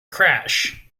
crash